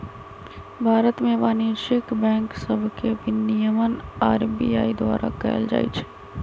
भारत में वाणिज्यिक बैंक सभके विनियमन आर.बी.आई द्वारा कएल जाइ छइ